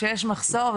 שיש מחסור.